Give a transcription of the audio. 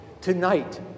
tonight